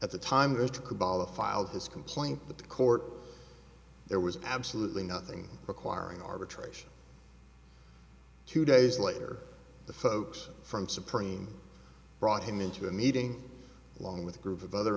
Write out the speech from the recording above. at the time it took about a filed his complaint the court there was absolutely nothing requiring arbitration two days later the folks from supreme brought him into a meeting along with a group of other